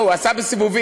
לא, הוא עשה סיבובים.